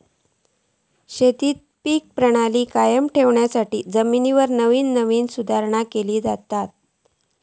शेतीत पीक प्रणाली कायम ठेवच्यासाठी जमिनीवर नवीन नवीन सुधारणा केले जातत